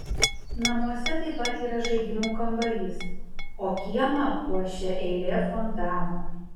namuose taip pat yra žaidimų kambarys o kiemą puošia eilė fontanų